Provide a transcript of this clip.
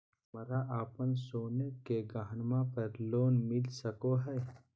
हमरा अप्पन सोने के गहनबा पर लोन मिल सको हइ?